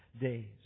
days